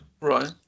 Right